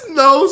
no